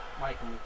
Michael